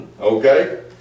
Okay